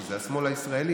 שזה השמאל הישראלי,